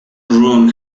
room